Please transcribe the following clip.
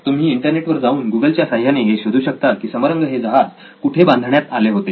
तुम्ही इंटरनेट वर जाऊन गुगल च्या साह्याने हे शोधू शकता की समरंग हे जहाज कुठे बांधण्यात आले होते